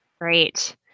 Great